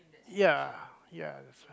ya ya